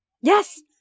Yes